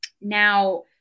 Now